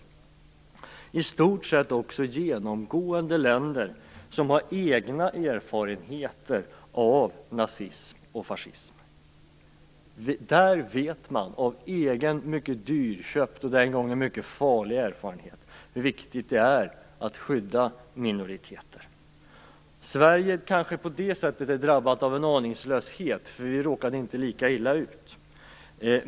Det är i stort sett genomgående länder som har egna erfarenheter av nazism och fascism. Där vet man av egen mycket dyrköpt, och den gången mycket farlig, erfarenhet hur viktigt det är att skydda minoriteter. Här är Sverige kanske drabbat av aningslöshet. Vi råkade inte lika illa ut.